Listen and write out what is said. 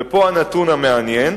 ופה הנתון המעניין: